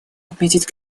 отметить